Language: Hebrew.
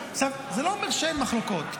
זה לא אומר שאין מחלוקות,